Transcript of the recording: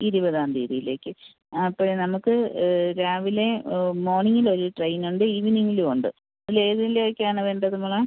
ഇരുപതാം തീയതിയിലേക്ക് അപ്പോൾ നമുക്ക് രാവിലെ മോർണിംഗിൽ ഒരു ട്രെയിനുണ്ട് ഈവനിംഗിലും ഉണ്ട് ഏതിലേക്കാണ് വേണ്ടത് മോളെ